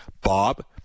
Bob